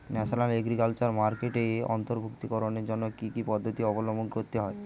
National agriculture মার্কেটে অন্তর্ভুক্তিকরণের জন্য কি কি পদ্ধতি অবলম্বন করতে হয়?